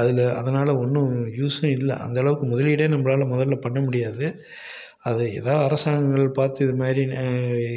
அதில் அதனால ஒன்றும் யூஸும் இல்லை அந்தளவுக்கு முதலீடே நம்மளால் முதல்ல பண்ண முடியாது அது எதோ அரசாங்கங்கள் பார்த்து இது மாதிரி